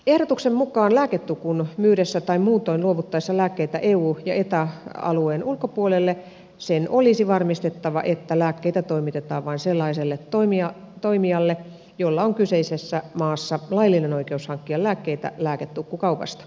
ehdotuksen mukaan lääketukun myydessä tai muutoin luovuttaessa lääkkeitä eu ja eta alueen ulkopuolelle sen olisi varmistettava että lääkkeitä toimitetaan vain sellaiselle toimijalle jolla on kyseisessä maassa laillinen oikeus hankkia lääkkeitä lääketukkukaupasta